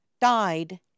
died